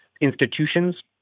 institutions